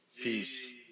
Peace